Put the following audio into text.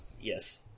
yes